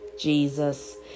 Jesus